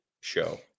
show